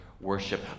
Worship